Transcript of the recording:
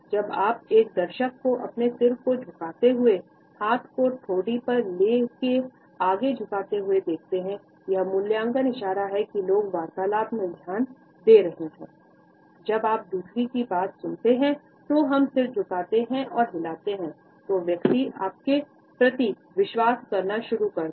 जब आप एक दर्शक को अपने सिर को झुकाते हुए हाथ को ठोड़ी में ले के आगे झुकते हुए देखते हैं यह जब आप दूसरों की बात सुनते हैं तो हम सिर झुकाते और हिलाते हैं तोह व्यक्ता आपके प्रति विश्वास करना शुरू कर देगा